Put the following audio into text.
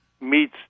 meets